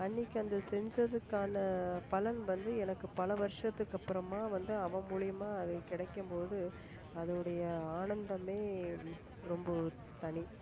அன்னக்கு அந்த செஞ்சதுக்கான பலன் வந்து எனக்கு பல வருஷத்துக்கு அப்பறமாக வந்து அவன் மூலியமாக அது கிடைக்கும் போது அதோடைய ஆனந்தமே ரொம்ப தனி